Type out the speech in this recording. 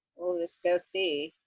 go see.